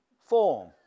form